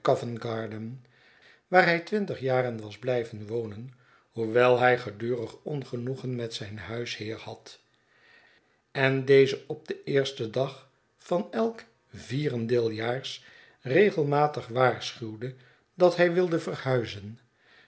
covent-garden waar hij twintig jaren was blijven wonen hoewel hij gedurig ongenoegen met zijn huisheer had en dezen op den eersten dag van elk vierendeeljaars regelmatig waarschuwde dat hij wilde verhuizen